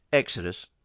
Exodus